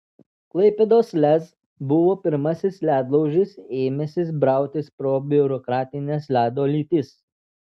klaipėdos lez buvo pirmasis ledlaužis ėmęsis brautis pro biurokratines ledo lytis